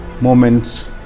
Moments